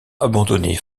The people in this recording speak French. abandonnée